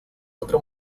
otro